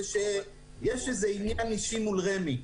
שיש איזה עניין אישי מול רמ"י,